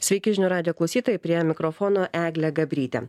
sveiki žinių radijo klausytojai prie mikrofono eglė gabrytė